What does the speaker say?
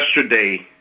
yesterday